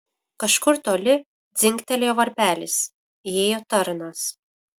kažkur toli dzingtelėjo varpelis įėjo tarnas